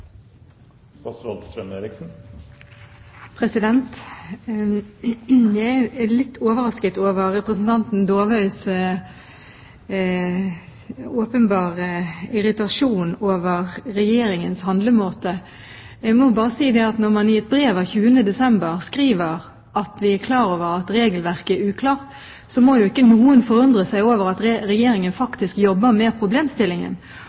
litt overrasket over representanten Dåvøys åpenbare irritasjon over Regjeringens handlemåte. Når vi i et brev av 20. desember skriver at vi er klar over at regelverket er uklart, må ikke noen forundre seg over at Regjeringen faktisk jobber med problemstillingen.